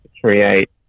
create